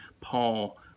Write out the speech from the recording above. Paul